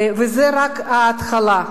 וזה רק ההתחלה.